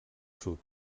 sud